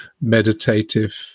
meditative